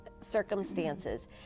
circumstances